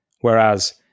Whereas